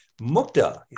Mukta